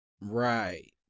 Right